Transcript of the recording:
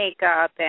makeup